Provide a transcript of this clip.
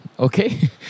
Okay